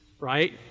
right